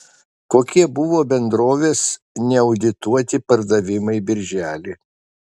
kokie buvo bendrovės neaudituoti pardavimai birželį